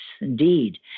indeed